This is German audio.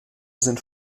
sind